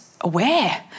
aware